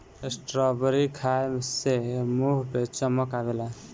strawberry खाए से मुंह पे चमक आवेला